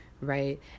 right